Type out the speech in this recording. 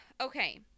okay